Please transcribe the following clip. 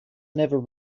never